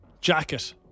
Jacket